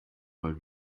mal